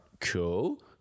Cool